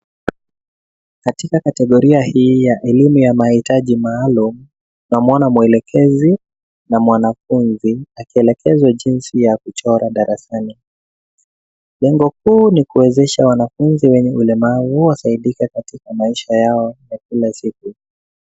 Katika kategoria hii ya elimu ya mahitaji maalum, tunamwona mwelekezi na mwanafunzi akielekezwa jinsi ya kuchora darasani. Lengo kuu ni kuwezesha wanafunzi wenye ulemavu kusaidika katika maisha yao ya kila siku.